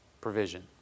provision